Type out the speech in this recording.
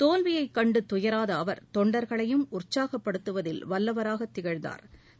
தோல்வியைக் கண்டு துயராத அவா் தொண்டா்களையும் உற்சாகப்படுத்துவதில் வல்லவராக திகழ்ந்தாா்